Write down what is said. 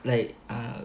like uh